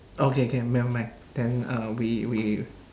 okay can nevermind then uh we we